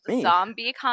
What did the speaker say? zombie